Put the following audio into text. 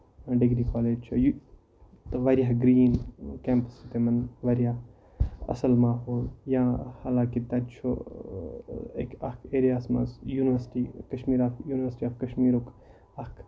degree college چھُ یہِ تہٕ واریاہ گریٖن کیمپَس چھُ تِمن واریاہ اَصٕل ماحول حالانٛکہِ تَتہِ چھُ اکھ ایریا ہَس منٛز یُنورسٹی یُنورسٹی آف کَشمیٖرُک اکھ